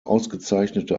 ausgezeichnete